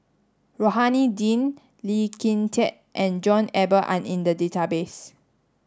Rohani Din Lee Kin Tat and John Eber are in the database